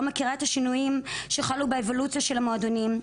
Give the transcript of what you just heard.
מכירה את השינויים שחלו באבולוציה של המועדונים,